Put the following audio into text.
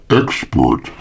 expert